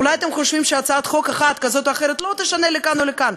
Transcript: אולי אתם חושבים שהצעת חוק אחת כזאת או אחרת לא תשנה לכאן או לכאן,